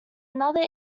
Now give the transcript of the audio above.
another